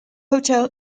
hotel